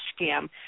scam